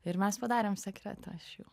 ir mes padarėm sekretą iš jų